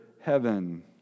heaven